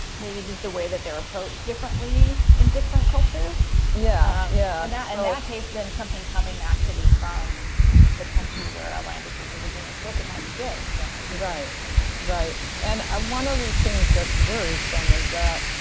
maybe does the way that they're approached differently in different cultures? yeah yeah, in and ah case then something coming actually from the country where a language is originally spoke it might be good because there might be right right and i'm one of the things that's worrisome is that